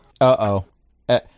Uh-oh